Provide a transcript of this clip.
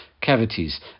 cavities